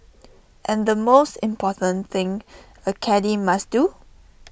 and the most important thing A caddie must do